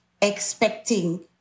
expecting